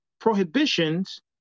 prohibitions